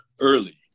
early